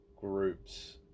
groups